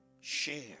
Share